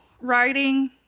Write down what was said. writing